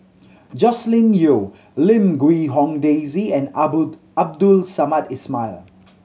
Joscelin Yeo Lim Quee Hong Daisy and Abdul Samad Ismail